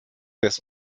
des